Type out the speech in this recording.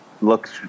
looks